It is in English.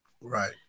Right